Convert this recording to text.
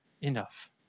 enough